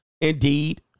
Indeed